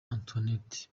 antoinette